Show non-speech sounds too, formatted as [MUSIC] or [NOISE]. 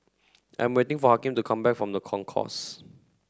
I'm waiting for [UNINTELLIGIBLE] to come back from The Concourse